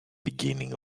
beginning